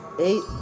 Eight